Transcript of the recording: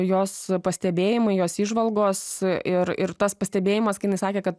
jos pastebėjimai jos įžvalgos ir ir tas pastebėjimas kai jinai sakė kad